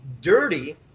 dirty